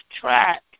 track